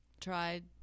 tried